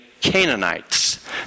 Canaanites